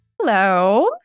Hello